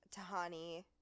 tahani